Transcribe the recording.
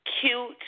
cute